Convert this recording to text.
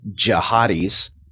jihadis